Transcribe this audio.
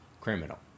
Criminal